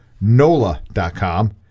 NOLA.com